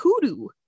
kudu